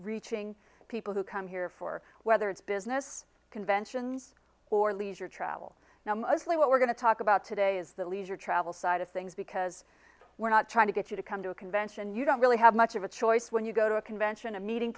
reaching people who come here for whether it's business conventions or leisure travel now mostly what we're going to talk about today is the leisure travel side of things because we're not trying to get you to come to a convention you don't really have much of a choice when you go to a convention a meeting